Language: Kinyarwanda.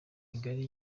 migari